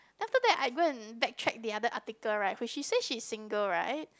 then after that I go and back track the other article right which she says she is single right